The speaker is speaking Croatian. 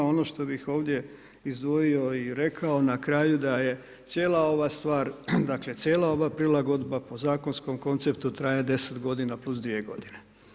Ono što bih ovdje izdvojio i rekao na kraju da je cijela ova stvar dakle, cijela ova prilagodba po zakonskom konceptu traje 10 godina plus 2 godine.